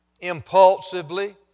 impulsively